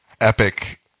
Epic